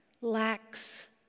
lacks